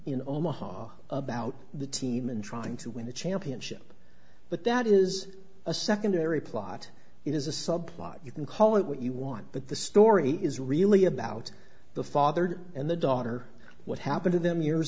in omaha about the team and trying to win the championship but that is a secondary plot it is a subplot you can call it what you want but the story is really about the father and the daughter what happen to them years